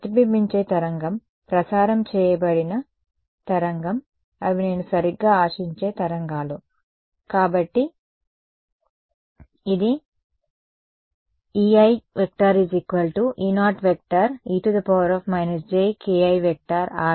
ప్రతిబింబించే తరంగం ప్రసారం చేయబడిన తరంగం అవి నేను సరిగ్గా ఆశించే తరంగాలు కాబట్టి ఇది కాబట్టి EiE0e jki